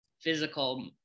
physical